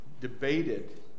debated